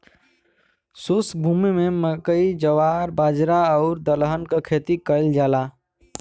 शुष्क भूमि में मकई, जवार, बाजरा आउर दलहन के खेती कयल जाला